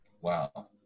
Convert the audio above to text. Wow